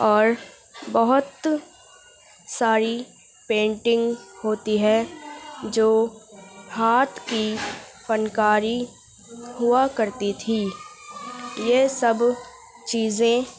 اور بہت ساری پینٹنگ ہوتی ہے جو ہاتھ کی فنکاری ہوا کرتی تھی یہ سب چیزیں